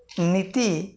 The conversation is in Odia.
ନୀତି